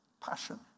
passion